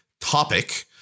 topic